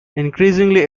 increasingly